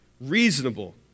Reasonable